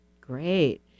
Great